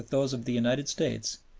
those of the united states,